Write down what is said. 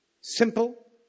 simple